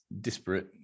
disparate